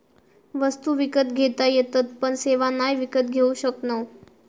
वस्तु विकत घेता येतत पण सेवा नाय विकत घेऊ शकणव